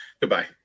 Goodbye